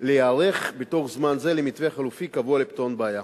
להיערך בתוך זמן זה למתווה חלופי קבוע לפתרון הבעיה.